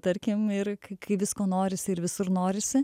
tarkim ir kai kai visko norisi ir visur norisi